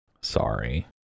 Sorry